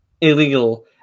illegal